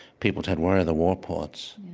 people said, where are the war poets?